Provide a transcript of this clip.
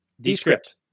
Descript